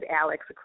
Alex